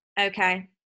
okay